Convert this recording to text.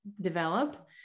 develop